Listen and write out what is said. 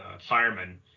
firemen